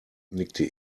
nickte